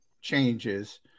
changes